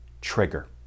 trigger